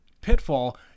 Pitfall